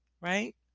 right